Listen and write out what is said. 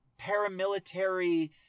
paramilitary